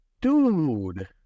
dude